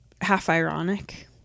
half-ironic